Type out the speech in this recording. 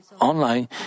online